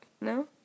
No